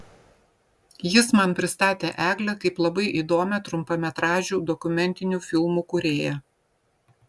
jis man pristatė eglę kaip labai įdomią trumpametražių dokumentinių filmų kūrėją